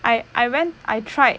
I I went I tried